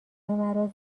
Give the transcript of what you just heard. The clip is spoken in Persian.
مرا